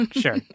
Sure